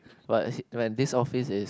what when this office is